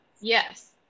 Yes